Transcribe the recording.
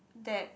that